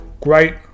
Great